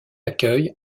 accueille